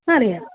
അറിയാം